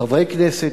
חברי כנסת,